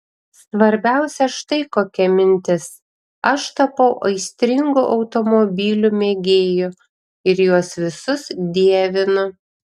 svarbiausia štai kokia mintis aš tapau aistringu automobilių mėgėju ir juos visus dievinu